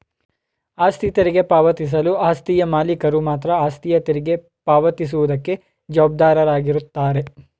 ಆಸ್ತಿ ತೆರಿಗೆ ಪಾವತಿಸಲು ಆಸ್ತಿಯ ಮಾಲೀಕರು ಮಾತ್ರ ಆಸ್ತಿಯ ತೆರಿಗೆ ಪಾವತಿ ಸುವುದಕ್ಕೆ ಜವಾಬ್ದಾರಾಗಿರುತ್ತಾರೆ